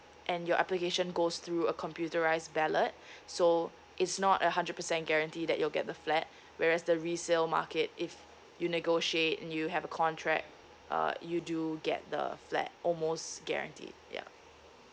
and your application goes through a computerised ballot so it's not a hundred percent guarantee that you'll get the flat whereas the resale market if you negotiate and you have a contract uh you do get the flat almost guaranteed ya